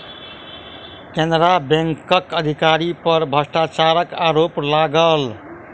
केनरा बैंकक अधिकारी पर भ्रष्टाचारक आरोप लागल